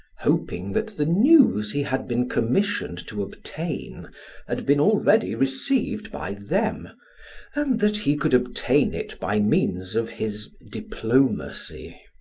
hoping that the news he had been commissioned to obtain had been already received by them and that he could obtain it by means of his diplomacy.